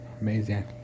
Amazing